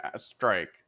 strike